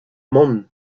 mann